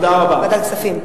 ועדת כספים.